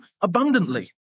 abundantly